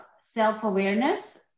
self-awareness